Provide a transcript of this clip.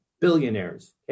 billionaires